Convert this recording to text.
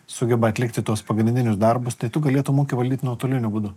sugeba atlikti tuos pagrindinius darbus tai tu galėtum ūkį valdyt nuotoliniu būdu